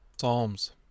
Psalms